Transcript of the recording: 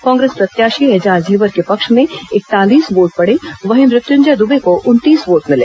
कांग्रेस प्रत्याशी एजाज ढेबर के पक्ष में इकतालीस वोट पड़े वहीं मृत्युंजय दुबे को उनतीस वोट मिला